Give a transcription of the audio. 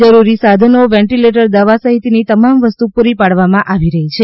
જરૂરી સાધનો વેન્ટીલેટર દવા સહિતની તમામ વસ્તુ પૂરી પાડવામાં આવી રહી છે